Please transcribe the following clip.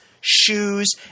shoes